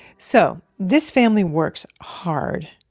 so this family works hard.